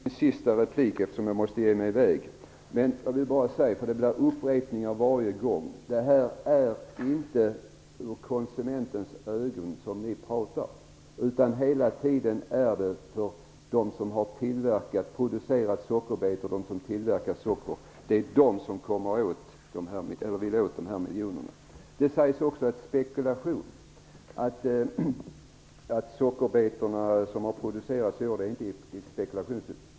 Fru talman! Det här blir min sista replik eftersom jag måste ge mig i väg. Jag vill bara säga - det blir upprepningar varje gång - att det inte är för konsumenten som ni talar. Hela tiden talar ni för dem som producerat sockerbetor och tillverkar socker. Det är de som vill åt dessa miljoner. Det har också sagts att de sockerbetor som producerats i år inte tillkommit i spekulationssyfte.